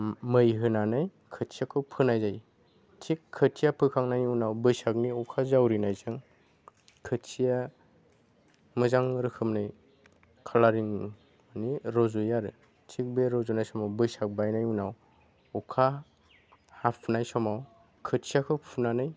मै होनानै खोथियाखौ फोनाय जायो थिक खोथिया फोखांनायनि उनाव बैसागनि अखा जावरिनायजों खोथिया मोजां रोखोमै खालारिंनि रज'यो आरो थिक बे रज'नाय समाव बैसाग बायनायनि उनाव अखा हाफुनाय समाव खोथियाखौ फुनानै